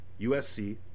USC